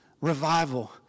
revival